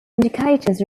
indicators